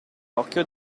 occhio